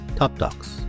topdocs